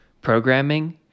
programming